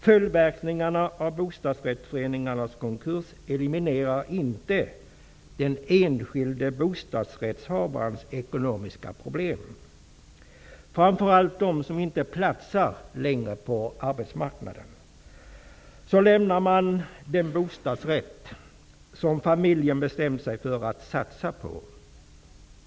Följdverkningarna av bostadsrättsföreningarnas konkurs eliminerar inte den enskilde bostadsrättshavarens ekonomiska problem, speciellt inte för dem som inte längre platsar på arbetsmarknaden. Man lämnar den bostadsrätt som familjen bestämt sig för att satsa på.